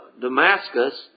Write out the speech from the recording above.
Damascus